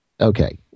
okay